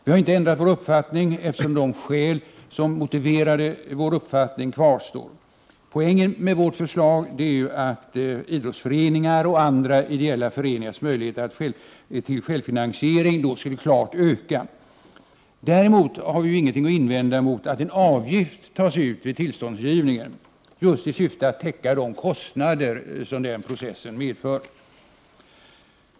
Vi har inte ändrat vår uppfattning, eftersom de skäl som motiverade vår uppfattning kvarstår. Poängen med vårt förslag är nämligen att idrottsföreningars och andra ideella föreningars möjlighet till självfinansiering då skulle klart öka. Däremot har vi ingenting att invända mot att en avgift tas ut vid tillståndsgivningen i syfte att täcka de kostnader som den processen medför.